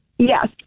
Yes